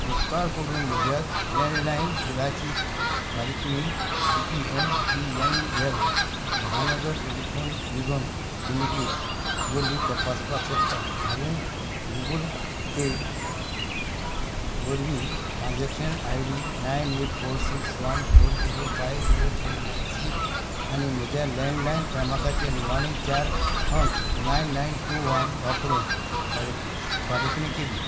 उपकार करून म्हज्या लँडलायन बिलाची फारीकणी स्थिती M T N L Mahanagar telephone Nigam limited वरवीं तपासपाक शकता हांवें गुगल पे वरवीं transaction I D nine eight four six one four zero five zero three nine six आनी म्हज्या लॅंडलायन क्रमांकाचे निमाणे चार अंक नायन नायन टू वन वापरून फारीक फारीकणी केली